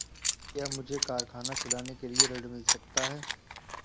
क्या मुझे कारखाना चलाने के लिए ऋण मिल सकता है?